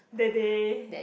that they